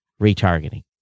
retargeting